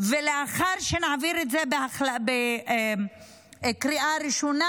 ולאחר שנעביר את זה בקריאה ראשונה,